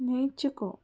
నేర్చుకో